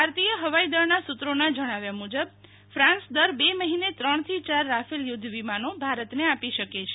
ભારતીય હવાઈદળના સૂત્રોના જણાવ્યા મુજબ ફાંસ દર બે મહિને ત્રણથી યાર રાફેલ યુધ્ધ વિમાનો ભારતને આપી શકે છે